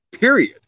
period